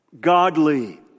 godly